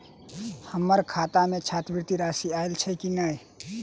हम्मर खाता मे छात्रवृति राशि आइल छैय की नै?